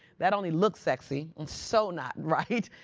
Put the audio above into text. that only looks sexy and so not right.